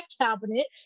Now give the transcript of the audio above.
cabinet